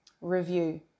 review